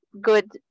good